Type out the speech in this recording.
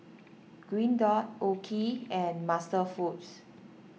Green Dot Oki and MasterFoods